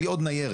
בלי עוד ניירת.